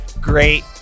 great